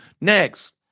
Next